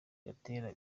gatera